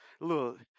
look